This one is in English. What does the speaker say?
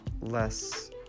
less